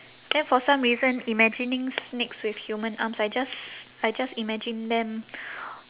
then for some reason imagining snakes with human arms I just I just imagine them